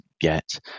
get